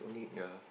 yea